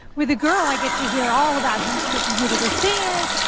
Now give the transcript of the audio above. with a girl i get to here all about who is taking who to this dance,